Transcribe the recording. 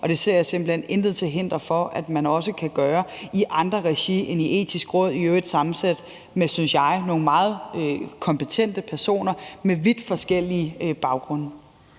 og det ser jeg simpelt hen intet til hinder for, at man også kan gøre i andre regi end i Det Etiske Råd, som i øvrigt er sammensat med, synes jeg, nogle meget kompetente personer med vidt forskellige baggrunde.